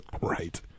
Right